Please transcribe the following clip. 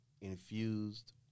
infused